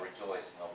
rejoice